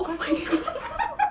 oh my god